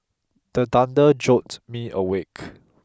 the thunder jolt me awake